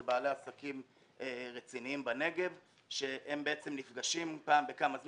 אלה בעלי עסקים רציניים בנגב שהם בעצם נפגשים פעם בזמן מה.